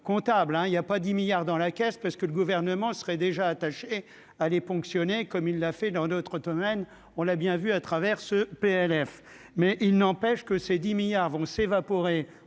comptable, hein, il y a pas 10 milliards dans la caisse, parce que le gouvernement serait déjà attachés à les ponctionner, comme il l'a fait dans d'autres domaines, on l'a bien vu à travers ce PLF mais il n'empêche que ces 10 milliards vont s'évaporer